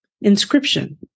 inscription